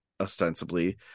ostensibly